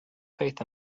faith